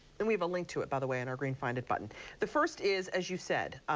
and we've a link to it by the way on our green findit button the first is as you said